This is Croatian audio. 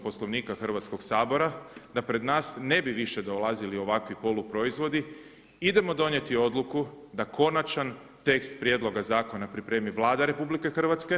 Poslovnika Hrvatskoga sabora da pred nas ne bi više dolazili ovakvi poluproizvodi idemo donijeti odluku da konačan tekst prijedloga zakona pripremi Vlada RH.